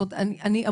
זאת אומרת,